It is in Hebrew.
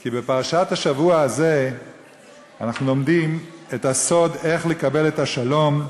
כי בפרשת השבוע הזה אנחנו לומדים את הסוד איך לקבל את השלום.